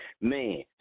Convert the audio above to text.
man